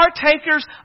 partakers